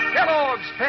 Kellogg's